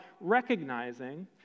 recognizing